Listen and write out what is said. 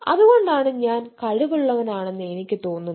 അതുകൊണ്ടാണ് ഞാൻ കഴിവുള്ളവനാണെന്ന് എനിക്ക് തോന്നുന്നത്